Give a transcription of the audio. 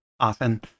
Often